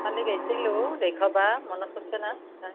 কালি গৈছিলোঁ দেখুৱাব মনৰ পৰিছেনে